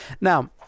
now